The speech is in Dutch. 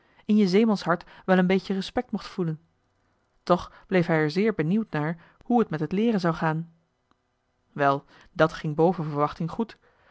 in je zeemanshart wel een beetje respect mocht joh h been paddeltje de scheepsjongen van michiel de ruijter voelen toch bleef hij er zeer benieuwd naar hoe het met het leeren zou gaan wel dat ging boven verwachting goed